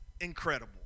incredible